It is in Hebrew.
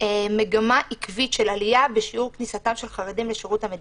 מגמה עקבית של עלייה בשיעור כניסתם של חרדים לשירות המדינה.